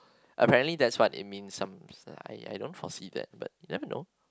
apparently that's what it means some I I I don't foresee that but I don't know